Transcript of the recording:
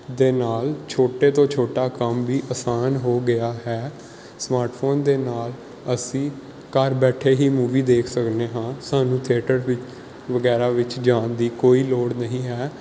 ਦੇ ਨਾਲ ਛੋਟੇ ਤੋਂ ਛੋਟਾ ਕੰਮ ਵੀ ਆਸਾਨ ਹੋ ਗਿਆ ਹੈ ਸਮਾਰਟਫੋਨ ਦੇ ਨਾਲ ਅਸੀਂ ਘਰ ਬੈਠੇ ਹੀ ਮੂਵੀ ਦੇਖ ਸਕਦੇ ਹਾਂ ਸਾਨੂੰ ਥੇਟਰ ਵਿੱਚ ਵਗੈਰਾ ਵਿੱਚ ਜਾਣ ਦੀ ਕੋਈ ਲੋੜ ਨਹੀਂ ਹੈ